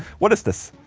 what is this?